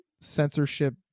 censorship